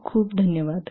खूप खूप धन्यवाद